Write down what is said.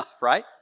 Right